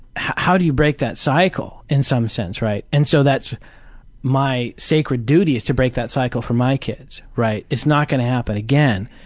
how do you break that cycle in some sense, right? and so that's my sacred duty is to break that cycle for my kids, right? it's not gonna happen again.